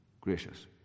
gracious